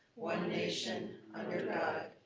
one nation under,